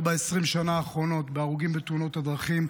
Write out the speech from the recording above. ב-20 השנים האחרונות בהרוגים בתאונות הדרכים.